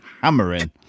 hammering